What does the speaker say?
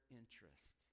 interest